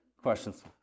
Questions